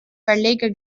verleger